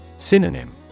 Synonym